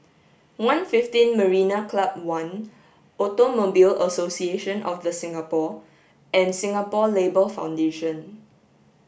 one fifteen Marina Club One Automobile Association of The Singapore and Singapore Labour Foundation